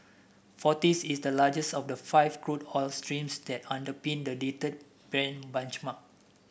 forties is the largest of the five crude oil streams that underpin the dated Brent benchmark